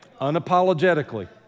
Unapologetically